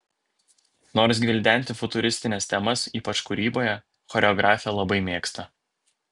nors gvildenti futuristines temas ypač kūryboje choreografė labai mėgsta